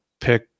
pick